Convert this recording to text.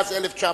מאז 1986,